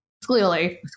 Clearly